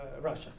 Russia